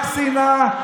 רק שנאה.